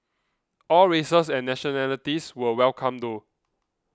all races and nationalities were welcome though